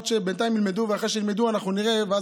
בינתיים שילמדו, ואחרי